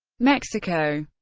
mexico